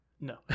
No